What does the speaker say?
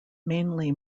mainly